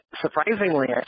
surprisingly